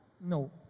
No